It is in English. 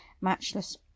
matchless